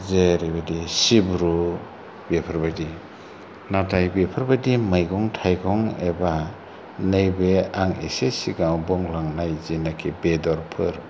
जेरैबायदि सिब्रु बेफोरबायदि नाथाय बेफोरबायदि मैगं थायगं एबा नैबे आं एसे सिगाङाव बुंलांनाय जेनाखि बेदरफोर